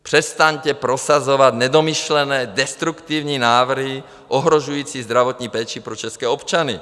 Přestaňte prosazovat nedomyšlené, destruktivní návrhy ohrožující zdravotní péči pro české občany.